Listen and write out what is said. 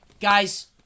Guys